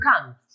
come